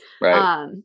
right